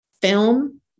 film